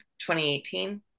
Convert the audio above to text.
2018